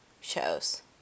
shows